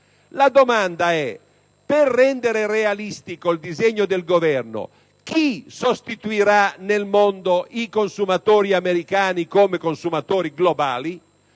la seguente: per rendere realistico il disegno del Governo, chi sostituirà nel mondo i consumatori americani come consumatori globali?